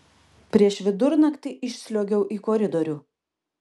prieš vidurnaktį išsliuogiau į koridorių